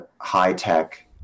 high-tech